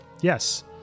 Yes